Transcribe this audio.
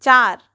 चार